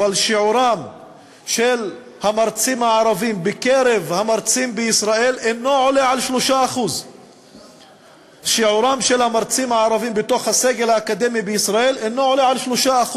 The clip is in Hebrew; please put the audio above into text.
אבל שיעורם של המרצים הערבים בקרב המרצים בישראל אינו עולה על 3%. שיעורם של המרצים הערבים בתוך הסגל האקדמי בישראל אינו עולה על 3%,